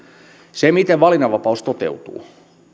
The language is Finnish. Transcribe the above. miten valinnanvapaus toteutuu meillä